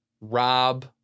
Rob